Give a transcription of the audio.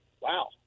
wow